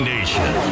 Nation